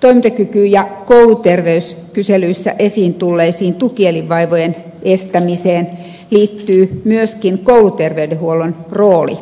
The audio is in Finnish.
toimintakyky ja kouluterveyskyselyissä esiin tulleiden tukielinvaivojen estämiseen liittyy myöskin kouluterveydenhuollon rooli